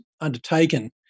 undertaken